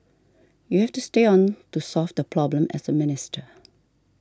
you have to stay on to solve the problem as a minister